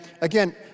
again